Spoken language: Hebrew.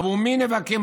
עבור מי הם נאבקים,